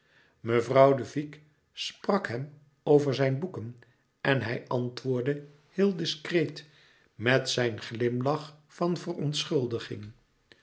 mevrouw de vicq sprak hem over zijn louis couperus metamorfoze boeken en hij antwoordde heel discreet met zijn glimlach van verontschuldiging